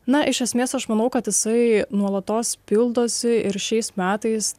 na iš esmės aš manau kad jisai nuolatos pildosi ir šiais metais